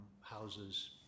houses